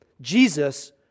Jesus